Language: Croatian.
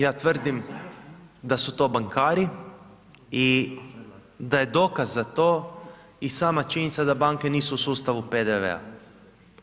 Ja tvrdim da su to bankari i da je dokaz za to i sama činjenica da banke nisu u sustavu PDV-a.